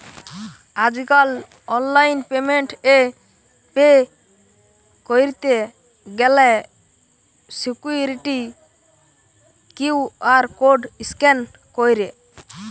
আজকাল online payment এ pay কইরতে গ্যালে সিকুইরিটি কিউ.আর কোড স্ক্যান কইরে